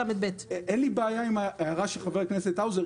אין לי בעיה עם ההערה של חבר הכנסת האוזר,